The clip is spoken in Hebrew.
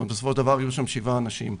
בסופו של דבר יהיו שם שבעה אנשים.